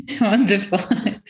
Wonderful